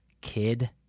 Kid